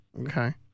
okay